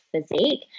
physique